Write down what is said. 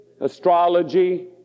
Astrology